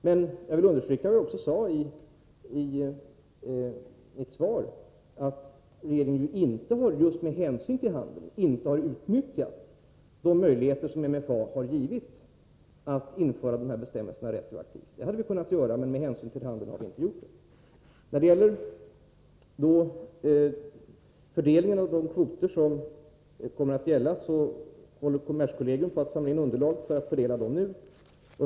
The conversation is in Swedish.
Men jag vill understryka vad jag också sade i mitt svar, nämligen att regeringen just med hänsyn till handeln inte har utnyttjat de möjligheter som MFA givit att införa bestämmelserna retroaktivt — det hade vi kunnat göra, men med hänsyn till handeln har vi inte gjort det. Kommerskollegium håller nu på att samla in underlag för att fördela de kvoter som kommer att gälla.